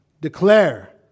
declare